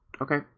Okay